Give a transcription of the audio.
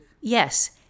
Yes